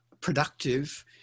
productive